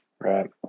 Right